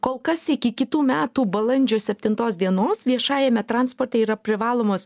kol kas iki kitų metų balandžio septintos dienos viešajame transporte yra privalomos